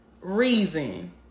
reason